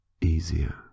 easier